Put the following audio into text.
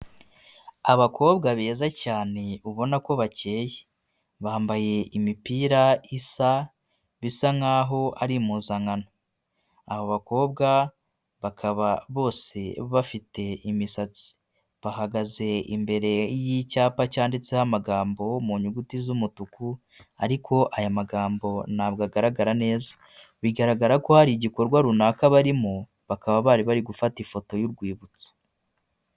Abakobwa beza cyane ubona ko bakeye bambaye imipira isa, bisa nkaho'a ari impuzankano, abo bakobwa bakaba bose bafite imisatsi bahagaze imbere y'icyapa cyanditseho amagambo mu nyuguti z'umutuku ariko aya magambo ntabwo agaragara neza bigaragara ko hari igikorwa runaka barimo bakaba bari bari gufata ifoto y'urwibutso.